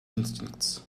instincts